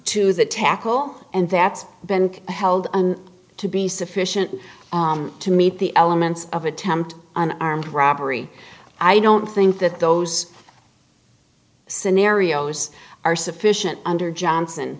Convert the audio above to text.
to the tackle and that's been held to be sufficient to meet the elements of attempt an armed robbery i don't think that those scenarios are sufficient under johnson